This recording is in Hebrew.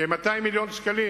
כ-200 מיליון שקלים,